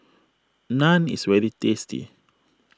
Naan is very tasty